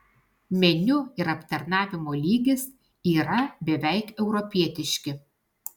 meniu ir aptarnavimo lygis yra beveik europietiški